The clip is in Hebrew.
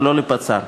ולא לפצ"ר.